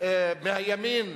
מהימין